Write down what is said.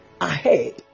ahead